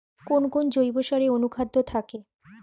কোন কোন জৈব সারে অনুখাদ্য থাকে?